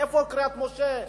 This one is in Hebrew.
איפה קריית-משה?